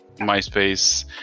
MySpace